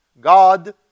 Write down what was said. god